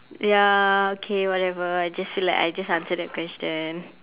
ya okay whatever I just feel like I just answered the question